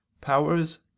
powers